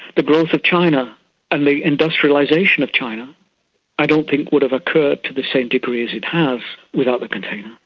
the growth of china and the industrialisation of china i don't think would have occurred to the same degree as it has without the container.